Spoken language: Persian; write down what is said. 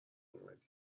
اومدی